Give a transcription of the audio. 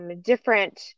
Different